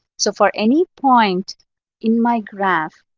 so for any point in my graph,